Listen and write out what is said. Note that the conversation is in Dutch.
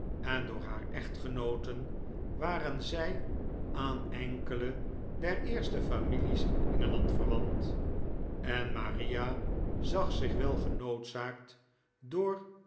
en door haar echtgenooten waren zij aan enkele der eerste families in engeland verwant en maria zag zich wel genoodzaakt door